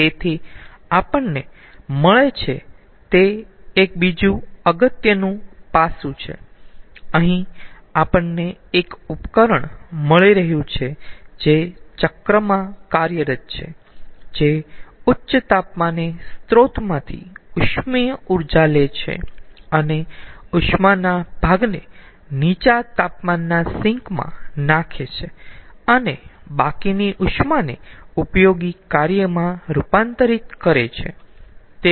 તેથી આપણને મળે છે તે એક બીજુ અગત્યનું પાસુ છે અહીં આપણને એક ઉપકરણ મળી રહ્યું છે જે ચક્રમાં કાર્યરત છે જે ઉચ્ચ તાપમાને સ્રોતમાંથી ઉષ્મીય ઊર્જા લે છે અને ઉષ્માના ભાગને નીચા તાપમાનના સિંક માં નાખે છે અને બાકીની ઉષ્માને ઉપયોગી કાર્યમાં રૂપાંતરિત કરે છે